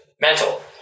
Mental